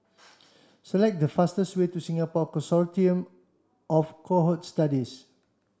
select the fastest way to Singapore Consortium of Cohort Studies